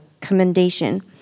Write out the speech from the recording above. commendation